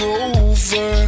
over